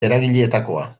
eragileetakoa